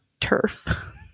Turf